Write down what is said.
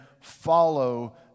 follow